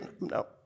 No